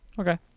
Okay